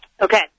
Okay